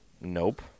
Nope